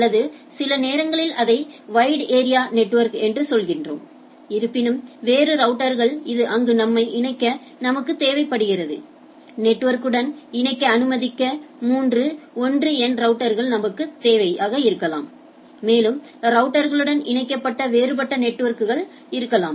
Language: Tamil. அல்லது சில நேரங்களில் அதை வைடு ஏரியா நெட்வொர்க் என்று சொல்கிறோம் இருப்பினும் வேறு ரவுட்டர்கள் இது அங்கு நம்மை இணைக்க நமக்கு தேவைப்படுகிறது நெட்வொர்க்குடன் இணைக்க அனுமதிக்கும் 3 1 n ரவுட்டர்கள் இருக்கலாம் மேலும் நெட்வொர்க்குடன் இணைக்கப்பட்ட வேறுபட்ட நெட்வொர்க்குகள் இருக்கலாம்